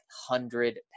hundred